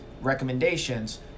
recommendations